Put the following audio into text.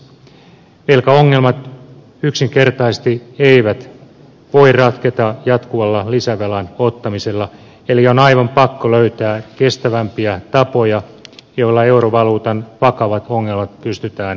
velkaongelmat yksinkertaisesti eivät voi ratketa jatkuvalla lisävelan ottamisella eli on aivan pakko löytää kestävämpiä tapoja joilla eurovaluutan vakavat ongelmat pystytään ratkaisemaan